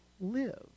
live